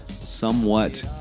somewhat